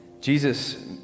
Jesus